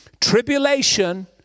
Tribulation